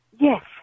yes